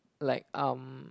like um